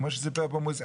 כמו שסיפר פה מוסי,